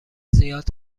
زیاد